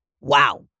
Wow